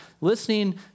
listening